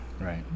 right